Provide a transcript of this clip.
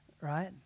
right